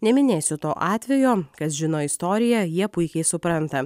neminėsiu to atvejo kas žino istoriją jie puikiai supranta